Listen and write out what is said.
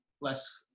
less